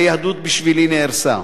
היהדות בשבילי נהרסה."